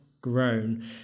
grown